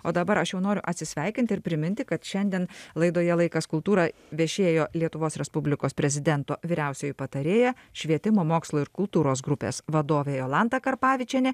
o dabar aš jau noriu atsisveikint ir priminti kad šiandien laidoje laikas kultūra viešėjo lietuvos respublikos prezidento vyriausioji patarėja švietimo mokslo ir kultūros grupės vadovė jolanta karpavičienė